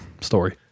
story